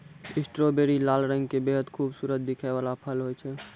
strawberry लाल रंग के बेहद खूबसूरत दिखै वाला फल होय छै